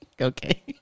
Okay